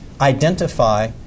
identify